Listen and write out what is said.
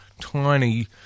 tiny